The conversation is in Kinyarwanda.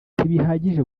ntibihagije